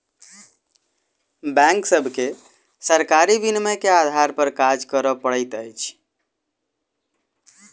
bank सभके सरकारी विनियमन के आधार पर काज करअ पड़ैत अछि